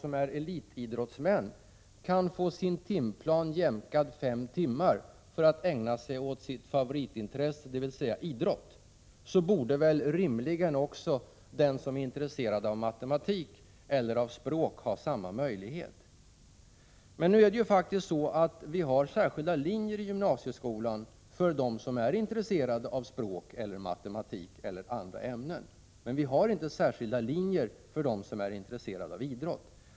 Om elitidrottsmän kan få sin timplan jämkad fem timmar för att ägna sig åt sitt favoritintresse, dvs. idrott, borde rimligen den som är intresserad av matematik eller av språk ha samma möjlighet, kan det tyckas. Men nu finns det faktiskt särskilda linjer i gymnasieskolan för dem som är intresserade av språk eller matematik eller andra ämnen. Däremot har vi inte särskilda linjer för dem som är intresserade av idrott.